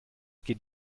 geht